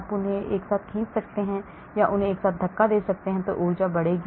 आप उन्हें एक साथ खींचते हैं या उन्हें एक साथ धक्का देते हैं ऊर्जा बढ़ेगी